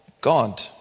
God